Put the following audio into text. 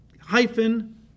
hyphen